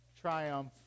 triumph